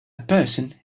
person